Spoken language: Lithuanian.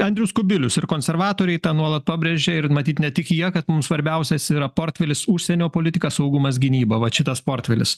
andrius kubilius ir konservatoriai tą nuolat pabrėžia ir matyt ne tik jie kad mums svarbiausias yra portfelis užsienio politika saugumas gynyba vat šitas portfelis